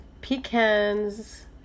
pecans